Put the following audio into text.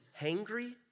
hangry